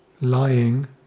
lying